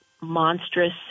monstrous